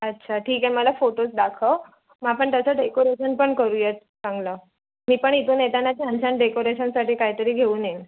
अच्छा ठीक आहे मला फोटोज दाखव मग आपण तसं डेकोरेशन पण करू या चांगलं मी पण इथून येताना छान छान डेकोरेशनसाठी काही तरी घेऊन येईन